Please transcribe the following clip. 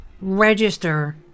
register